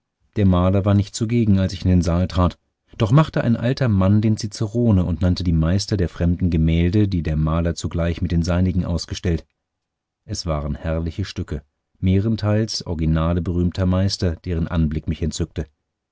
der maler war nicht zugegen als ich in den saal trat doch machte ein alter mann den cicerone und nannte die meister der fremden gemälde die der maler zugleich mit den seinigen ausgestellt es waren herrliche stücke mehrenteils originale berühmter meister deren anblick mich entzückte